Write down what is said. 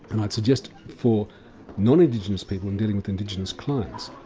and i'd suggest for non-indigenous people in dealing with indigenous clients,